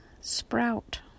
sprout